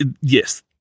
yes